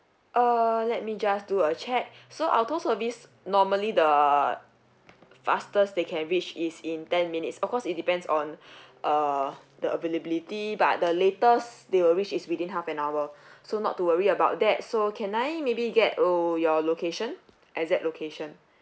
err let me just do a check so our tow service normally the fastest they can reach is in ten minutes of course it depends on uh the availability but the latest they will reach is within half an hour so not to worry about that so can I maybe get oh your location exact location